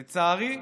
לצערי,